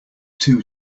two